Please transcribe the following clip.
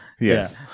Yes